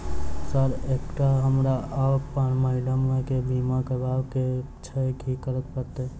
Sir एकटा हमरा आ अप्पन माइडम केँ बीमा करबाक केँ छैय की करऽ परतै?